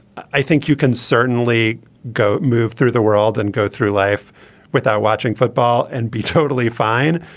i think you can certainly go move through the world and go through life without watching football and be totally fine.